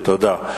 טוב, תודה.